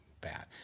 bad